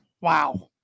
Wow